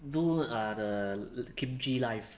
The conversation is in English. do the ah uh kimchi live